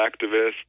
activists